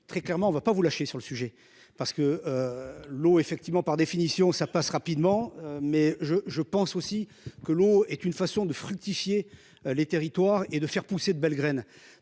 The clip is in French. très clairement on ne va pas vous lâcher sur le sujet parce que. L'eau effectivement, par définition ça passe rapidement mais je je pense aussi que l'eau est une façon de fructifier les territoires et de faire pousser de belles graines.